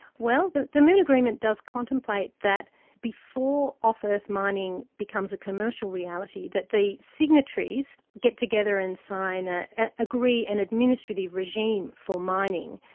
well, the the moon agreement does contemplate that before off-earth mining becomes a commercial reality, that the signatories get together and ah ah agree an administrative regime for mining,